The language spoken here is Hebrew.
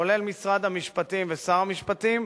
כולל משרד המשפטים ושר המשפטים,